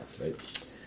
right